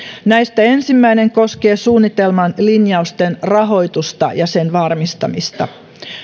näistä ensimmäinen koskee suunnitelman linjausten rahoitusta ja sen varmistamista